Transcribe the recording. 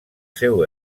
seu